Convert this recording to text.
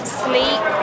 sleep